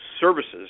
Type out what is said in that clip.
services